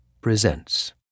Presents